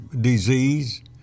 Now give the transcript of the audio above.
disease